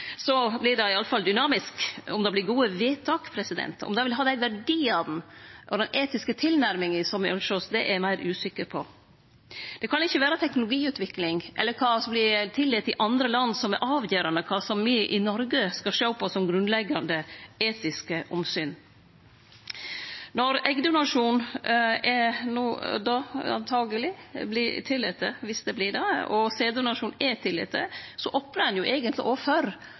det iallfall dynamisk. Om det vert gode vedtak, om dei vil ha dei verdiane og den etiske tilnærminga som me ønskjer oss, er eg meir usikker på. Det kan ikkje vere teknologiutvikling eller kva som vert tillate i andre land, som er avgjerande for kva me i Noreg skal sjå på som grunnleggjande etiske omsyn. Når eggdonasjon no antakeleg vert tillaten, dersom det vert det, og sæddonasjon er tillaten, opnar ein jo eigentleg